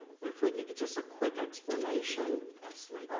if we could get just a quick explanation. absolutely.